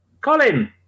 Colin